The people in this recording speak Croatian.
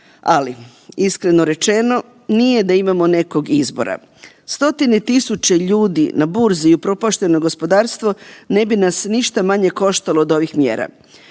ali iskreno rečeno nije da imamo nekog izbora. 100-tine tisuća ljudi na burzi i upropašteno gospodarstvo ne bi nas ništa manje koštalo od ovih mjera